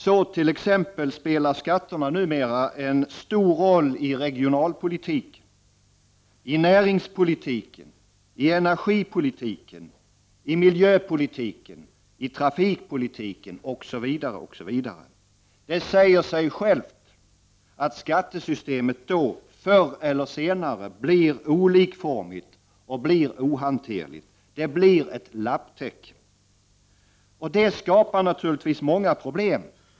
Så t.ex. spelar skatterna numera en stor roll i regionalpolitiken, i näringspolitiken, i energipolitiken, i miljöpolitiken, i trafikpolitiken, osv. Det säger sig självt att skattesystemet då förr eller senare blir olikformigt och ohanterligt. Det blir ett lapptäcke. Och det skapar många problem.